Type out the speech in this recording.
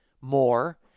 more